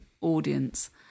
audience